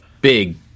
big